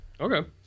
okay